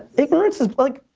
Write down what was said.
ignorance is like,